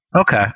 okay